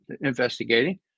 investigating